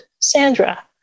Sandra